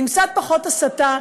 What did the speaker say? עם קצת פחות הסתה,